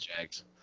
Jags